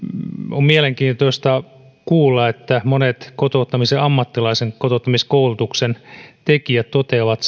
on mielenkiintoista kuulla että monet kotouttamisen ammattilaiset kotouttamiskoulutuksen tekijät toteavat